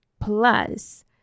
plus